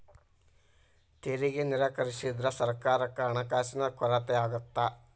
ತೆರಿಗೆ ನಿರಾಕರಿಸಿದ್ರ ಸರ್ಕಾರಕ್ಕ ಹಣಕಾಸಿನ ಕೊರತೆ ಆಗತ್ತಾ